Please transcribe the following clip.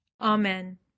amen